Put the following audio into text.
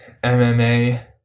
MMA